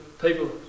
people